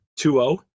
2-0